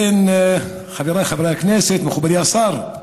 חבריי חברי הכנסת, מכובדי השר,